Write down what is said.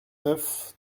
neuf